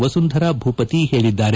ವಸುಂಧರಾ ಭೂವತಿ ಹೇಳಿದ್ದಾರೆ